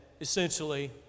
essentially